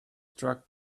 struck